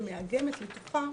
שמאגמת לתוכה